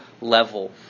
level